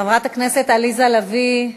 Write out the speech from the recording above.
חברת הכנסת עליזה לביא,